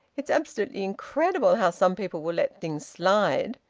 it's absolutely incredible how some people will let things slide!